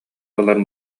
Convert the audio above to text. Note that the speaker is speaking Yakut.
ылар